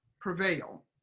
prevail